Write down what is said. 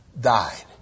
died